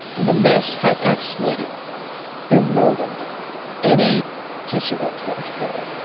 the mesh had actually eroded any tissue that was left there.